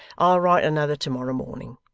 i'll write another to-morrow morning.